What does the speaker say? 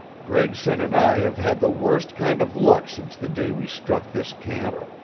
gregson and i have had the worst kind of luck since the day we struck this camp,